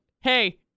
hey